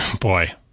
boy